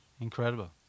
Incredible